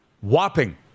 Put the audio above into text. whopping